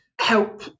help